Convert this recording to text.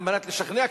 כדי לשכנע?